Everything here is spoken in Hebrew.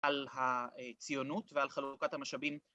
‫על הציונות ועל חלוקת המשאבים.